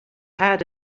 had